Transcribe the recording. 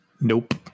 Nope